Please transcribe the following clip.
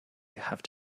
have